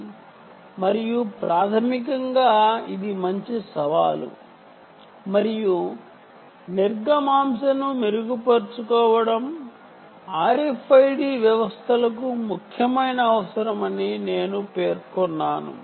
అనే వాటి గురించి వివరిస్తుంది మరియు ప్రాథమికంగా ఇది మంచి సవాలు మరియుత్తృపుట్ ని మెరుగుపరుచుకోవడం RFID వ్యవస్థలకు ముఖ్యమైన అవసరమని నేను పేర్కొన్నాను